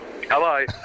Hello